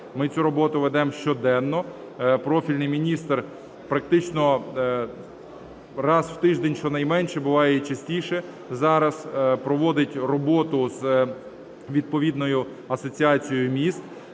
Ми цю роботу ведемо щоденно, профільний міністр практично раз в тиждень щонайменше, буває і частіше, зараз проводить роботу з відповідною асоціацією міст.